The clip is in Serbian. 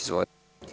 Izvolite.